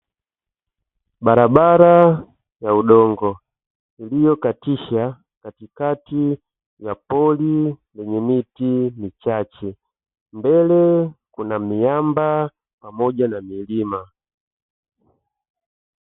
Barabara ya udongo iliyo katisha katikati ya pori lenye miti michache, mbele kuna miamba pamoja na milima.